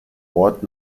ort